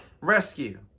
rescue